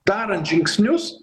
darant žingsnius